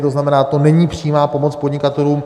To znamená, to není přímá pomoc podnikatelům.